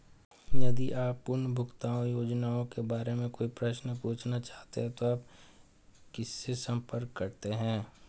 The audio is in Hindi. यदि आप पुनर्भुगतान योजनाओं के बारे में कोई प्रश्न पूछना चाहते हैं तो आप किससे संपर्क करते हैं?